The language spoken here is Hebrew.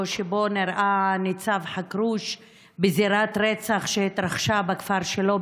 שבו נראה ניצב חכרוש בזירת רצח שהתרחשה בכפר שלו,